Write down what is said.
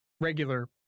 regular